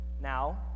Now